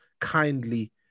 kindly